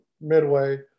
Midway